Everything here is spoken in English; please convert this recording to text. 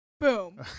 boom